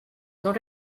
not